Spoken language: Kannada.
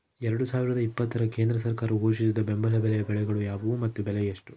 ಎರಡು ಸಾವಿರದ ಇಪ್ಪತ್ತರ ಕೇಂದ್ರ ಸರ್ಕಾರ ಘೋಷಿಸಿದ ಬೆಂಬಲ ಬೆಲೆಯ ಬೆಳೆಗಳು ಯಾವುವು ಮತ್ತು ಬೆಲೆ ಎಷ್ಟು?